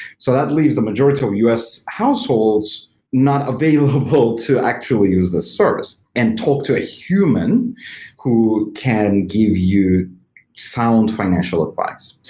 so that leaves the majority of u s. households not available to actually use that service and talk to a human who can give you sound financial advice.